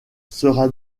sera